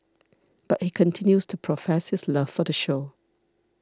but he continues to profess his love for the show